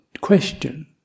question